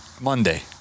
Monday